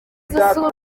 zisurwa